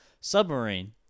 submarine